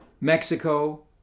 Mexico